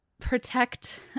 protect